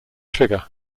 trigger